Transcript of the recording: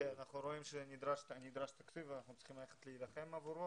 רואים שנדרש תקציב ואנחנו צריכים להילחם עבורו.